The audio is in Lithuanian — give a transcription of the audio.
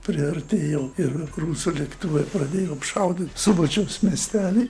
priartėjau ir rusų lėktuvai pradėjo apšaudyt subačiaus miestelį